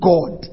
God